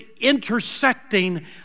intersecting